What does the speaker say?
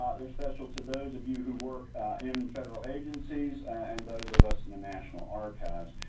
ah they're special to those of you who work in federal agencies and those of us in the national archives.